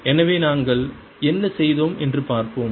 எனவே நாங்கள் என்ன செய்தோம் என்று பார்ப்போம்